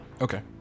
Okay